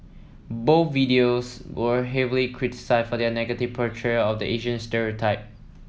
both videos were heavily criticised for their negative portrayal of the Asian stereotype